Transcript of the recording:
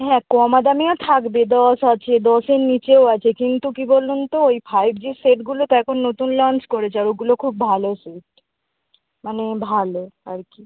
হ্যাঁ কমা দামিও থাকবে দশ আছে দশের নিচেও আছে কিন্তু কী বলুন তো ওই ফাইভ জির সেটগুলো তো এখন নতুন লঞ্চ করেছে আর ওগুলো খুব ভালো সেট মানে ভালো আর কি